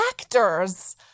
actors